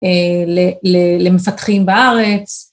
למפתחים בארץ.